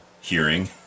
hearing